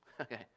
okay